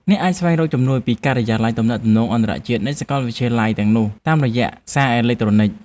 អ្នកអាចស្វែងរកជំនួយពីការិយាល័យទំនាក់ទំនងអន្តរជាតិនៃសាកលវិទ្យាល័យទាំងនោះតាមរយៈសារអេឡិចត្រូនិច។